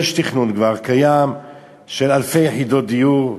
יש כבר תכנון קיים של אלפי יחידות דיור,